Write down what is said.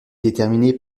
déterminé